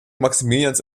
maximilians